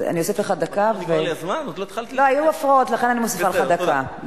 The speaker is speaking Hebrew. לכן אני מוסיפה לך דקה.